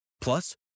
Plus